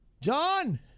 John